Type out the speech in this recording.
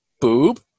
boob